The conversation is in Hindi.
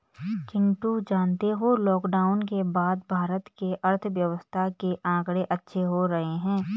चिंटू जानते हो लॉकडाउन के बाद भारत के अर्थव्यवस्था के आंकड़े अच्छे हो रहे हैं